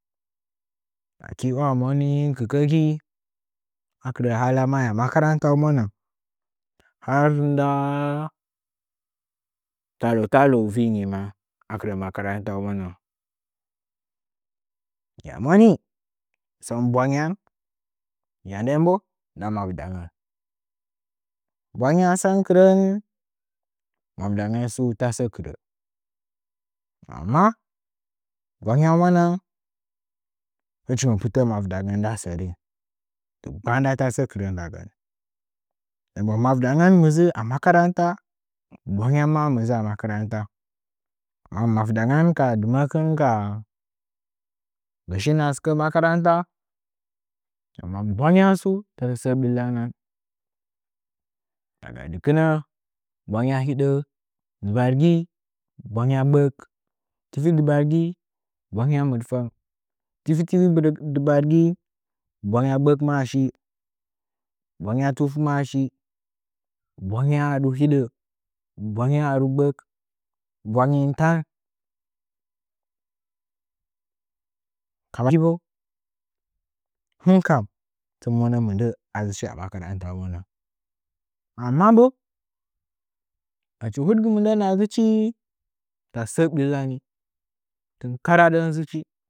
Aki haa moni kilkəgi akɨrə maya makarantaunəgən har ndaa talo tda viingi maa akɨrə makarantaunalngən hingya moni sən bwanyan ya nden bo nda mavdangə bwanyan sən kɨran mavdangən tsu tasə kirə sa’an nau hɨchin pɨda ma vdangən mda sərin dɨgba da tasə kirə ndə gən mavdangən mɨ dzu a makaranta bwangyan maa mɨ dzu a makaranta ma vdangən ka dɨmə’əkɨn ka gashi a makaranta bwangyan tsu tasə səə ɓillanən daga dɨkɨna bwangya hidə dɨbargi bwangya gbək tifi dɨbargi bwangya mɨdfang tifi tifi dɨbargi bwangya gbəkmaashi bwangya tufmaashi bwangya haaru hide bwangya hararu gbək bwangin tan kauyi bo hinkam tɨn mwana mɨndə adzɨchi amakrantaunə ngən amma a bo achi hudgɨ mɨ ndənəngən a dzɨchi a mamarantaunəngən amma bo achi hudgɨ mɨndəunəngən adzɨdi tasə sə ɓillani tɨn karadɨn dzɨdii.